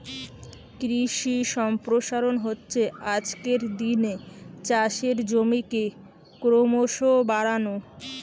কৃষি সম্প্রসারণ হচ্ছে আজকের দিনে চাষের জমিকে ক্রোমোসো বাড়ানো